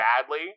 badly